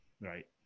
right